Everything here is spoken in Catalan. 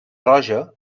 roja